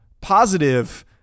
positive